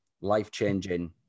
life-changing